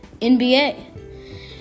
nba